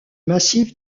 massif